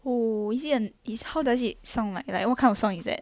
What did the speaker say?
oh is it a how does it sound like like what kind of song is that